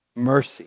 Mercy